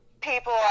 People